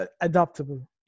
adaptable